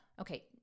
Okay